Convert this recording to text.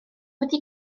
wedi